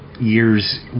years